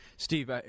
Steve